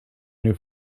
new